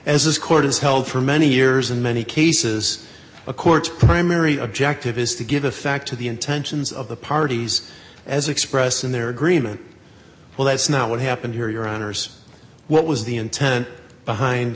as this court has held for many years in many cases a court's primary objective is to give effect to the intentions of the parties as expressed in their agreement well that's not what happened here your honour's what was the intent behind